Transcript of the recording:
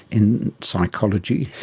in psychology,